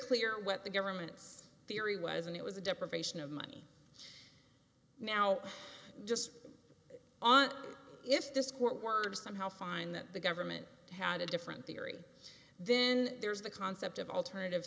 clear what the government's theory was and it was a deprivation of money now just on if this court were to somehow find that the government had a different theory then there's the concept of alternative